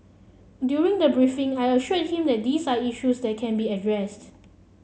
during the briefing I assured him that these are issues that can be addressed